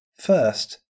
First